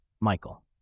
Michael